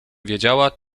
wiedziała